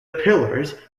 pillars